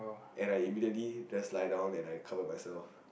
and I immediately just lie down and I cover myself